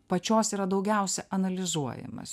pačios yra daugiausiai analizuojamas